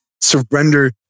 surrender